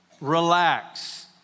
Relax